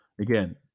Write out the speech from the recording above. again